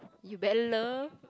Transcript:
you better love